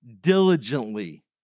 diligently